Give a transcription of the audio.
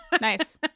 Nice